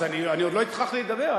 אז אני עוד לא התחלתי לדבר.